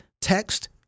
Text